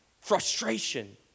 frustration